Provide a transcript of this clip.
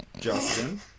Justin